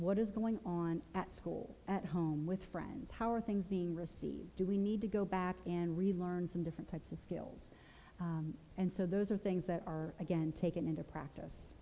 what is going on at school at home with friends how are things being received do we need to go back and really learn some different types of skills and so those are things that are again taken into practice